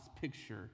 picture